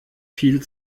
viel